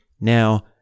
Now